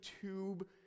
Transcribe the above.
tube